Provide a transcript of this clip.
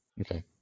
Okay